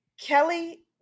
Kelly